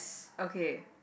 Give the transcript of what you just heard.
okay